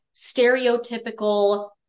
stereotypical